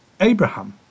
Abraham